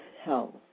health